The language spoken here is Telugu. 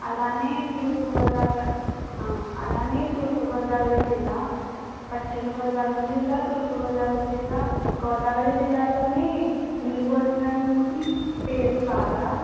అలానే తూర్పుగోదావరి అలానే తూర్పుగోదావరి జిల్లా పశ్చిమ గోదావరి జిల్లా తూర్పుగోదావరి జిల్లా గోదావరి జిల్లాలోని విందు భోజనంకి పేరు బాగా